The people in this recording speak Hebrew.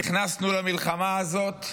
נכנסנו למלחמה הזאת,